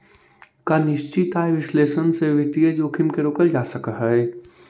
का निश्चित आय विश्लेषण से वित्तीय जोखिम के रोकल जा सकऽ हइ?